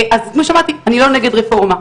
אז כמו שאמרתי, אני לא נגד רפורמה.